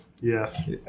Yes